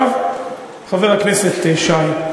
חבר הכנסת שי,